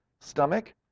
stomach